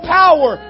power